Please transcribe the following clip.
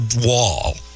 wall